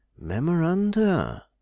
Memoranda